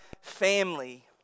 family